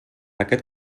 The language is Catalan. aquest